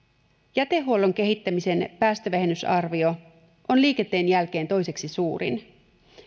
jätehuollon kehittämisen päästövähennysarvio on liikenteen jälkeen toiseksi suurin